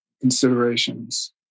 considerations